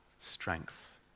strength